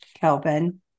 Kelvin